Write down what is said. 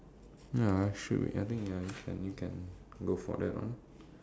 ya should be I think ya you can you can go for that one